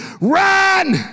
Run